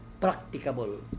practicable